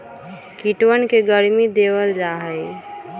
कीटवन के गर्मी देवल जाहई